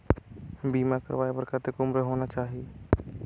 बीमा करवाय बार कतेक उम्र होना चाही?